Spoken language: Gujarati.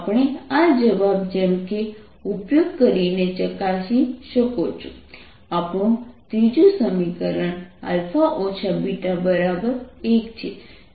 આપણે આ જવાબ જેમ કે ઉપયોગ કરીને ચકાસી શકો છો આપણું ત્રીજું સમીકરણ α β 1 છે